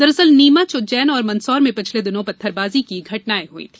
दरअसल नीमच उज्जैन और मंदसौर में पिछले दिनों पत्थरबाजी की घटनाएं हुई हैं